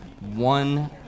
one